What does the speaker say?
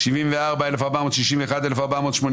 הצבעה לא אושרה.